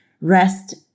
rest